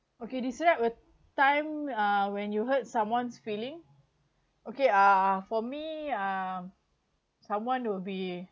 okay is that a time uh when you hurt someone's feeling okay uh for me uh someone will be